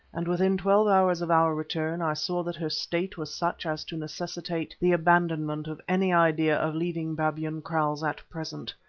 and within twelve hours of our return i saw that her state was such as to necessitate the abandonment of any idea of leaving babyan kraals at present.